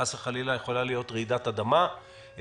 חס וחלילה יכולה להיות רעידת אדמה,